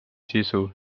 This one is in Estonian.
sisu